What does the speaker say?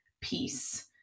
peace